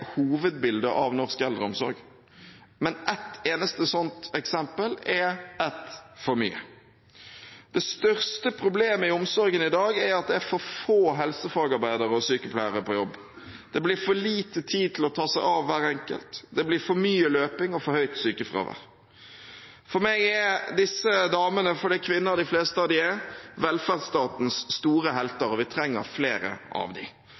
hovedbildet av norsk eldreomsorg, men ett eneste sånt eksempel er et for mye. Det største problemet i omsorgen i dag er at det er for få helsefagarbeidere og sykepleiere på jobb. Det blir for lite tid til å ta seg av hver enkelt, det blir for mye løping og for høyt sykefravær. For meg er disse damene – for de fleste av dem er kvinner – velferdsstatens store helter, og vi trenger flere av